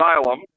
asylum